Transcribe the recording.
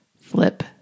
flip